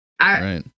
right